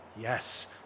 Yes